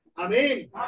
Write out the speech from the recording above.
Amen